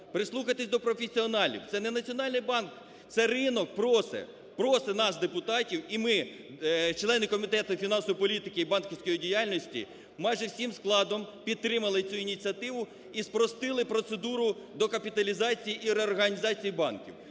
прислухайтесь до професіоналів, це не Національний банк – це ринок просить, просять нас, депутатів. І ми, члени Комітету фінансової політики і банківської діяльності майже всім складом підтримали цю ініціативу і спростили процедуру докапіталізації і реорганізації банків.